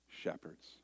shepherds